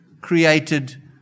created